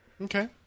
Okay